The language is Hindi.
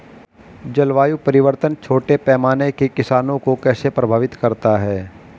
जलवायु परिवर्तन छोटे पैमाने के किसानों को कैसे प्रभावित करता है?